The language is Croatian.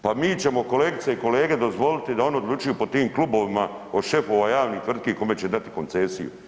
Pa mi ćemo kolegice i kolege dozvoliti da oni odlučuju po tim klubovima od šefova javnih tvrtki kome će dati koncesiju.